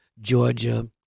Georgia